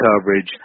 coverage